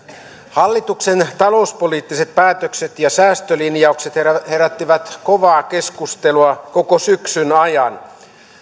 hallituksen talouspoliittiset päätökset ja säästölinjaukset herättivät kovaa keskustelua koko syksyn ajan